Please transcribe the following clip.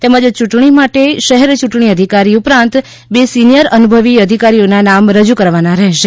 તેમજ ચૂંટણી માટે શહેર ચૂંટણી અધિકારી ઉપરાંત બે સિનિયર અનુભવી અધિકારીઓના નામ રજૂ કરવાના રહેશે